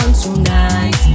Tonight